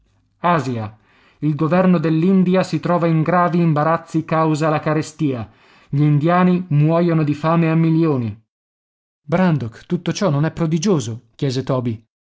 asia il governo dell'india si trova in gravi imbarazzi causa la carestia gl'indiani muoiono di fame a milioni brandok tutto ciò non è prodigioso chiese toby